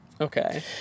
Okay